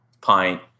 pint